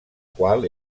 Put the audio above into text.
qual